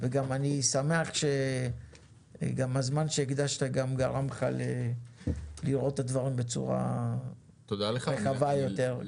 אני גם שמח שהזמן שהקדשת גרם לך לראות את הדברים בצורה רחבה יותר.